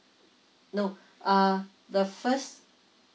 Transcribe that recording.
no uh the first